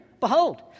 Behold